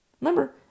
Remember